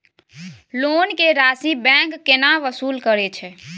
Loan के राशि bank केना वसूल करे छै?